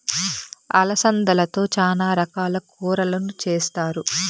అలసందలతో చానా రకాల కూరలను చేస్తారు